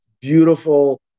Beautiful